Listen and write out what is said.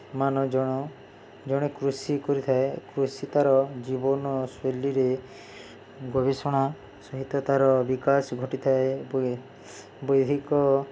ମାନ ଜଣ ଜଣେ କୃଷି କରିଥାଏ କୃଷି ତା'ର ଜୀବନଶୈଳୀରେ ଗବେଷଣା ସହିତ ତା'ର ବିକାଶ ଘଟିଥାଏ ବୈଧିକ